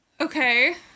Okay